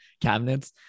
cabinets